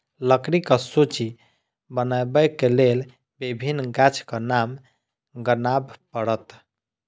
लकड़ीक सूची बनयबाक लेल विभिन्न गाछक नाम गनाब पड़त